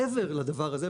מעבר לדבר הזה,